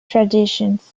traditions